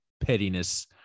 pettiness